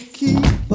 keep